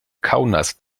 kaunas